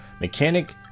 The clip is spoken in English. Mechanic